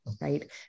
right